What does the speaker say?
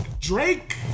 Drake